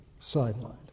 sidelined